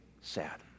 sad